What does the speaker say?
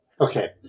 Okay